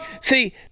See